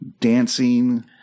dancing